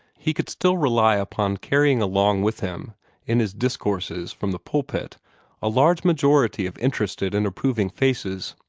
he could still rely upon carrying along with him in his discourses from the pulpit a large majority of interested and approving faces.